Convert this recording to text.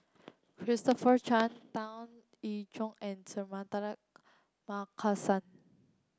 Christopher Chia Tan Eng Joo and Suratman Markasan